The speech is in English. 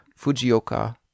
Fujioka